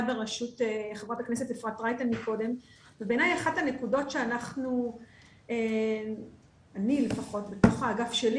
אחת הנקודות שאני לפחות בתוך האגף שלי